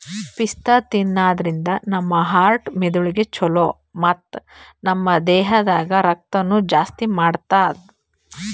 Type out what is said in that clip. ಪಿಸ್ತಾ ತಿನ್ನಾದ್ರಿನ್ದ ನಮ್ ಹಾರ್ಟ್ ಮೆದಳಿಗ್ ಛಲೋ ಮತ್ತ್ ನಮ್ ದೇಹದಾಗ್ ರಕ್ತನೂ ಜಾಸ್ತಿ ಮಾಡ್ತದ್